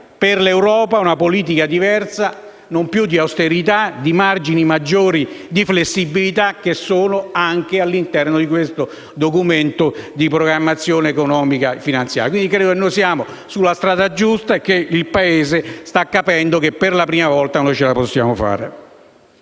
per l'Europa una politica diversa, non più di austerità e con margini maggiori di flessibilità, che sono anche all'interno di questo Documento di economia e finanzia. Credo che siamo sulla strada giusta e che il Paese stia capendo che, per la prima volta, ce la possiamo fare.